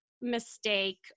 mistake